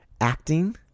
acting